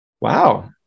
wow